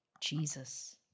Jesus